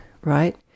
right